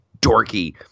dorky